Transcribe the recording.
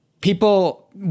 people